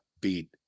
beat